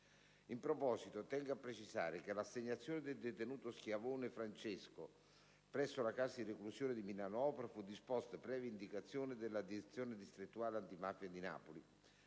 In proposito, tengo a precisare che l'assegnazione del detenuto Schiavone Francesco presso la casa di reclusione di Milano Opera fu disposta previa indicazione della direzione distrettuale antimafia di Napoli,